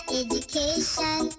education